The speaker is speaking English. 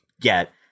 get